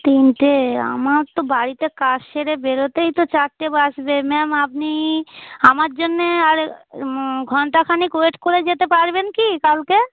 তিনটে আমার তো বাড়িতে কাজ সেরে বেরতেই তো চারটে বাজবে ম্যাম আপনি আমার জন্যে আর ঘন্টা খানেক ওয়েট করে যেতে পারবেন কি কালকে